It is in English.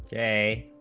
a